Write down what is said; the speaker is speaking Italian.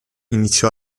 iniziò